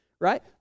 right